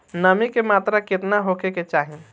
नमी के मात्रा केतना होखे के चाही?